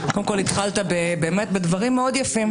קודם כול התחלת באמת בדברים מאוד יפים,